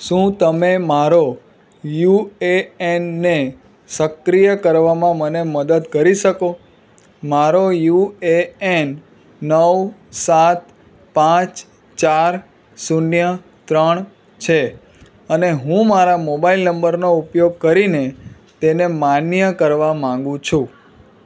શું તમે મારો યુ એ એનને સક્રિય કરવામાં મને મદદ કરી શકો મારો યુ એ એન નવ સાત પાંચ ચાર શૂન્ય ત્રણ છે અને હું મારા મોબાઈલ નંબરનો ઉપયોગ કરીને તેને માન્ય કરવા માગું છું